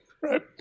Right